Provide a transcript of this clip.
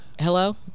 Hello